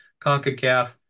CONCACAF